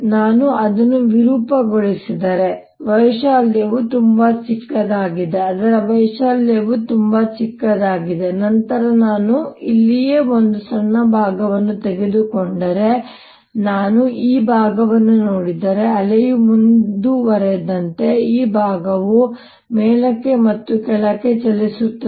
ನಾನು ಅದನ್ನು ವಿರೂಪಗೊಳಿಸಿದರೆ ವೈಶಾಲ್ಯವು ತುಂಬಾ ಚಿಕ್ಕದಾಗಿದೆ ಅದರ ವೈಶಾಲ್ಯವು ತುಂಬಾ ಚಿಕ್ಕದಾಗಿದೆ ನಂತರ ನಾನು ಇಲ್ಲಿಯೇ ಒಂದು ಸಣ್ಣ ಭಾಗವನ್ನು ತೆಗೆದುಕೊಂಡರೆ ನಾನು ಈ ಭಾಗವನ್ನು ನೋಡಿದರೆ ಅಲೆಯು ಮುಂದುವರೆದಂತೆ ಈ ಭಾಗವು ಮೇಲಕ್ಕೆ ಮತ್ತು ಕೆಳಕ್ಕೆ ಚಲಿಸುತ್ತದೆ